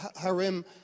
harem